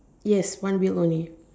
yes one wheel only